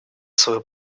свою